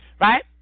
Right